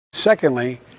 Secondly